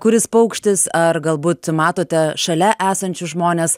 kuris paukštis ar galbūt matote šalia esančius žmones